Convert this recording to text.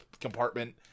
compartment